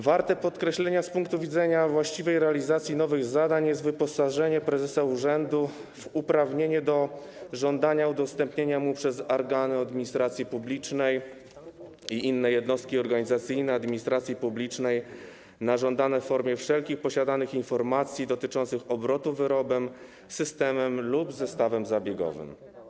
Warte podkreślenia z punktu widzenia właściwej realizacji nowych zadań jest wyposażenie prezesa urzędu w uprawnienie do żądania udostępnienia mu przez organy administracji publicznej i inne jednostki organizacyjne administracji publicznej wszelkich posiadanych informacji dotyczących obrotu wyrobem, systemem lub zestawem zabiegowym.